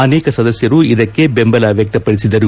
ಅನೇಕ ಸದಸ್ಯರು ಇದಕ್ಕೆ ಬೆಂಬಲ ವ್ಯಕ್ತಪಡಿಸಿದರು